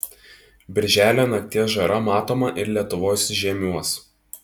birželio nakties žara matoma ir lietuvos žiemiuos